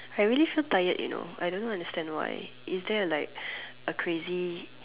I really so tired you know I don't know understand why is there like a crazy